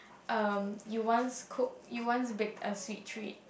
um you once cooked you once baked a sweet treat